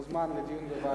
מוזמן לדיון בוועדה,